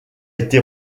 été